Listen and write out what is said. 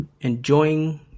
enjoying